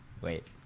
wait